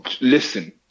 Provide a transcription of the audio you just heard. Listen